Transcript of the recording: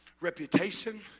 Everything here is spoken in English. Reputation